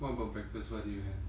what about breakfast what did you have